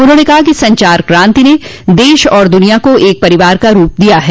उन्होंने कहा कि संचार क्रांति ने देश और दुनिया को एक परिवार का रूप दिया है